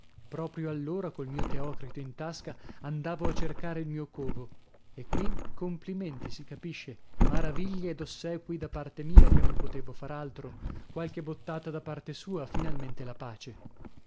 proprio allora col mio teocrito in tasca andavo a cercare il mio covo e qui complimenti si capisce maraviglie ed ossequii da parte mia che non potevo far altro qualche bottata da parte sua finalmente la pace